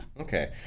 Okay